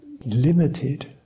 limited